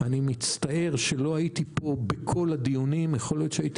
אני מצטער שלא הייתי פה בכל הדיונים יכול להיות שהייתי